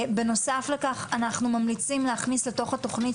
בנוסף לכך אנחנו ממליצים להכניס לתוך התוכנית